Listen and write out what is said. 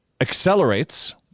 accelerates